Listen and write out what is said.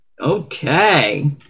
Okay